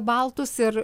baltus ir